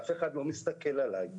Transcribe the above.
אף אחד לא מסתכל עלי.